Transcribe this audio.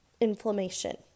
inflammation